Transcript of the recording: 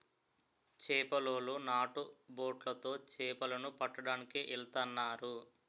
చేపలోలు నాటు బొట్లు తో చేపల ను పట్టడానికి ఎల్తన్నారు